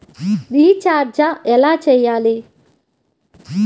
Recharge ఎలా చెయ్యాలి?